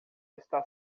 está